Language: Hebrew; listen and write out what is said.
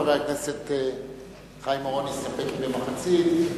חבר הכנסת חיים אורון הסתפק במחצית.